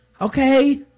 Okay